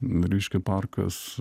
reiškia parkas